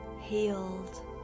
healed